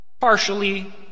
Partially